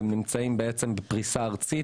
והם נמצאים בפרישה ארצית.